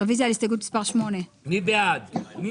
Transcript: רוויזיה על הסתייגות מספר 7. מי בעד קבלת הרוויזיה?